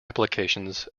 applications